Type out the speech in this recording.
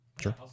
Sure